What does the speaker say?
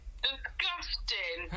disgusting